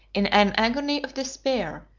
in an agony of despair,